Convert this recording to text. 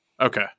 Okay